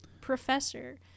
professor